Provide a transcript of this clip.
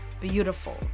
beautiful